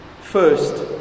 First